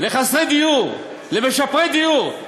לחסרי דיור, למשפרי דיור.